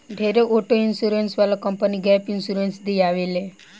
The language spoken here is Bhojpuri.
ढेरे ऑटो इंश्योरेंस वाला कंपनी गैप इंश्योरेंस दियावे ले